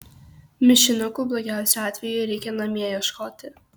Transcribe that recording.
mišinukų blogiausiu atveju reikia namie ieškoti